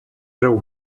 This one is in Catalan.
preu